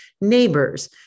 neighbors